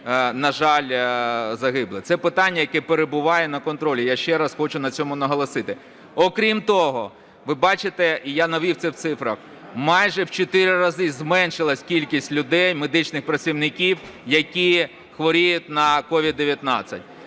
на жаль, загиблі. Це питання, яке перебуває на контролі, я ще раз хочу на цьому наголосити. Окрім того, ви бачите, і я навів це в цифрах, майже в чотири рази зменшилась кількість людей медичних працівників, які хворіють на COVID-19.